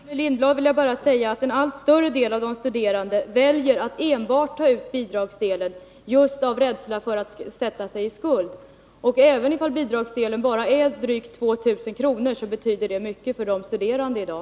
Herr talman! Till Gullan Lindblad vill jag bara säga att en allt större del av de studerande väljer att enbart ta ut bidragsdelen just av rädsla för att sätta sigi skuld. Även om bidragsdelen bara är drygt 2 000 kr. betyder den mycket för de studerande i dag.